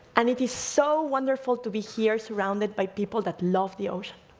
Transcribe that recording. and it is so wonderful to be here surrounded by people that love the ocean.